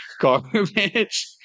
garbage